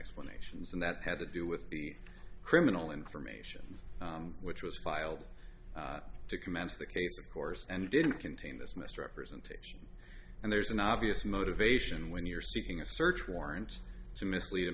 explanations and that had to do with the criminal information which was filed to commence the case of course and didn't contain this misrepresentation and there's an obvious motivation when you're seeking a search warrant to mislead